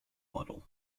model